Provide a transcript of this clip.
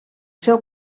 seu